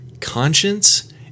conscience